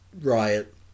riot